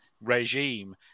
regime